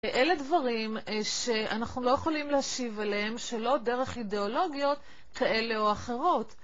אלה דברים שאנחנו לא יכולים להשיב עליהם שלא דרך אידיאולוגיות כאלה או אחרות.